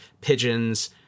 pigeons